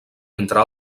entre